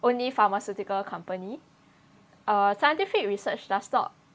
only pharmaceutical company uh scientific research does not